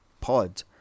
Pod